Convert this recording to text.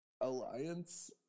alliance